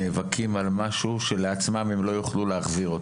נאבקים על משהו שלעצמם הם לא יכלו להחזיר.